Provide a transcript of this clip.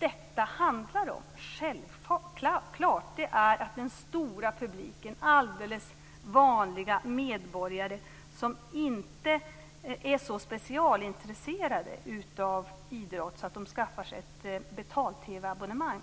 Detta handlar självfallet om att den stora publiken, dvs. vanliga medborgare som inte är så specialintresserade av idrott att de skaffar sig ett betal-TV-abonnemang,